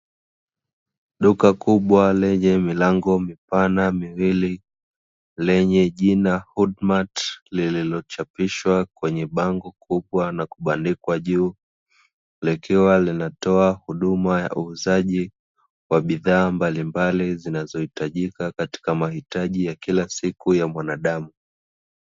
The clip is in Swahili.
Duka kubwa lenye milango mipana miwili lenye jina la "portmart" lililochapishwa kwenye bango na kubandikwa, juu likiwa linatoa huduma ya uuzaji wa bidhaa mbalimbali zinazohitajika katika mahitaji ya kila siku ya mwanadamu.